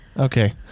Okay